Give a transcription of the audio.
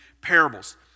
parables